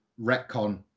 retcon